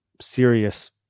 serious